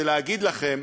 זה להגיד לכם: